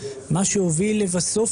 זה יכול להיות לסמים,